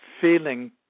feeling